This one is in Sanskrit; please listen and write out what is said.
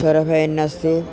चोरभयं नास्ति